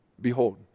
behold